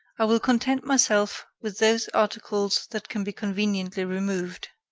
i will content myself with those articles that can be conveniently removed.